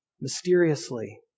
Mysteriously